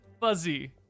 fuzzy